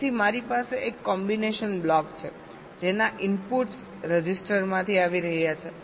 તેથી મારી પાસે એક કોમ્બિનેશનલ બ્લોક છે જેના ઇનપુટ્સ રજિસ્ટરમાંથી આવી રહ્યા છે